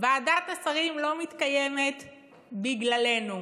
ועדת השרים לא מתקיימת לא בגללנו,